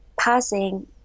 passing